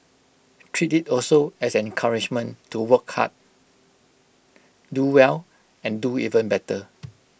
treat IT also as an encouragement to work hard do well and do even better